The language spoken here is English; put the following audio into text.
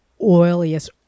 oiliest